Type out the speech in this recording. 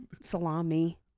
Salami